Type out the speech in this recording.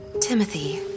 Timothy